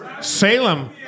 Salem